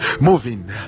moving